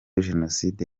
jenoside